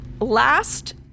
last